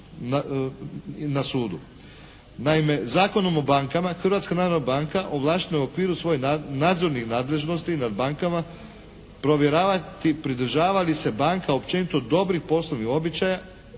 Naime, Zakonom o bankama Hrvatska narodna banka ovlaštena je u okviru svojih nadzornih nadležnosti nad bankama provjeravati pridržava li se banka općenito dobrih poslovnih običaja,